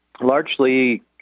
Largely